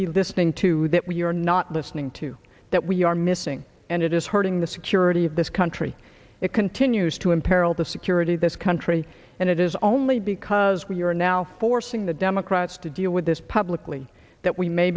be listening to that we are not listening to that we are missing and it is hurting the security of this country it continues to imperil the security this country and it is only because we are now forcing the democrats to deal with this publicly that we may